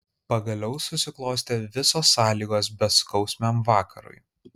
pagaliau susiklostė visos sąlygos beskausmiam vakarui